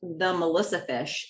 themelissafish